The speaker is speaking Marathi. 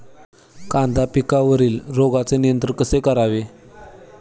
कांदा पिकावरील रोगांचे नियंत्रण कसे करावे?